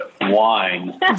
Wine